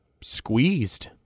squeezed